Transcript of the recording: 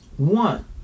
one